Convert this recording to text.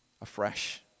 afresh